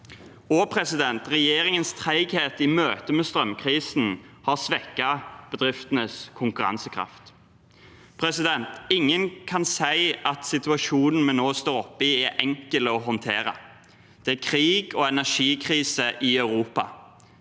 veier inn. Regjeringens treghet i møte med strømkrisen har svekket bedriftenes konkurransekraft. Ingen kan si at situasjonen vi nå står oppi, er enkel å håndtere. Det er krig og energikrise i Europa,